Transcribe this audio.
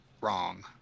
wrong